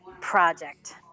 project